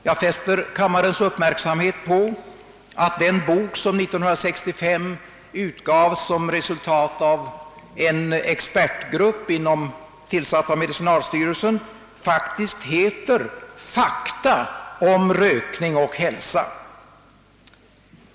Jag fäster kammarens uppmärksamhet på att den bok som 1965 utgavs som resultat av en expertgrupp tillsatt av medicinalstyrelsen faktiskt heter »Fakta om rökning och hälsa».